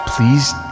Please